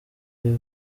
iriho